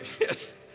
Yes